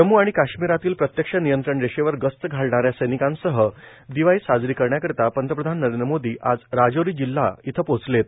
जम्म् आणि काश्मीरातील प्रत्यक्ष नियंत्रण रेषेवर गस्त घालणाऱ्या सैनिकांसह दिवाळी साजरी करण्याकरिता पंतप्रधान नरेंद्र मोदी आज राजौरी इथं पोहोचलेत